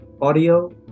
audio